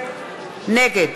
נגד